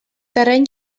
terreny